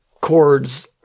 chords